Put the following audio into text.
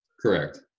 Correct